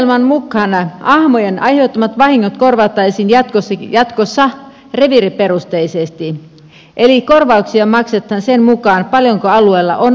suunnitelman mukaan ahmojen aiheuttamat vahingot korvattaisiin jatkossa reviiriperusteisesti eli korvauksia maksetaan sen mukaan paljonko alueella on ahmoja